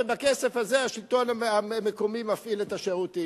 ובכסף הזה השלטון המקומי מפעיל את השירותים.